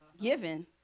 given